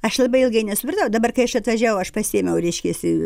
aš labai ilgai nesupratau dabar kai aš atvažiavau aš pasiėmiau reiškiasi